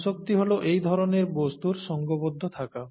সংসক্তি হল একই ধরনের বস্তুর সঙ্ঘবদ্ধ থাকা